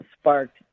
sparked